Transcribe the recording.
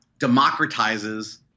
democratizes